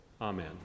Amen